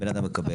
בן אדם מקבל.